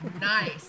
Nice